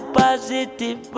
positive